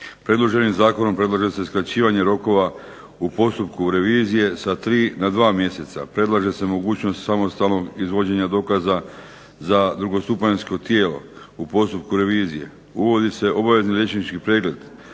Predloženim zakonom predlaže se skraćivanje rokova u postupku revizije sa 3 na 2 mjeseca. Predlaže se mogućnost samostalnog izvođenja dokaza za drugostupanjsko tijelo u postupku revizije. Uvodi se obavezni liječnički pregled,